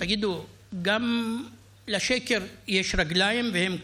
תגידו, גם לשקר יש רגליים, והן קצרות.